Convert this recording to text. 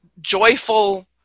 joyful